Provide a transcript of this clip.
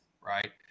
right